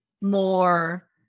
more